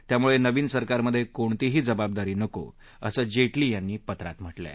त्यामुळे नवीन सरकारमधे कोणतीही जबाबदारी नको असं जेटली यांनी पत्रात म्हटलंय